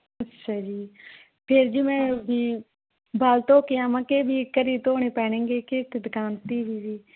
ਅੱਛਾ ਜੀ ਫਿਰ ਜੀ ਮੈਂ ਵੀ ਬਾਲ ਧੋ ਕੇ ਆਵਾਂ ਕਿ ਵੀ ਘਰ ਧੋਣੇ ਪੈਣੇਗੇ ਕਿ ਇੱਥੇ ਦੁਕਾਨ 'ਤੇ ਹੀ ਜੀ